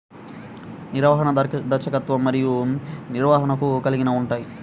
నిర్వహణ, దర్శకత్వం మరియు నిర్వహణను కలిగి ఉంటాయి